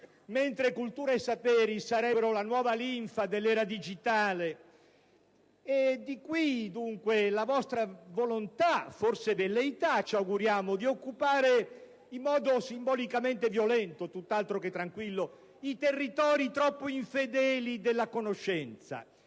mentre cultura e saperi sono la nuova linfa dell'era digitale. Di qui, dunque, la vostra volontà - forse velleità, ci auguriamo - di occupare in modo simbolicamente violento, tutt'altro che tranquillo, i territori troppo infedeli della conoscenza.